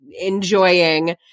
enjoying